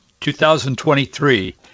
2023